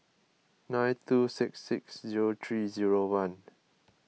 nine two six six zero three zero one